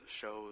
shows